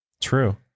True